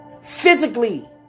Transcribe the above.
physically